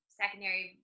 secondary